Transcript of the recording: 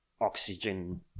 oxygen